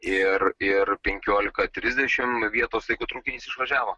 ir ir penkiolika trisdešim vietos laiku traukinys išvažiavo